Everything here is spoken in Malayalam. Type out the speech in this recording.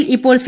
യിൽ ഇപ്പോൾ സി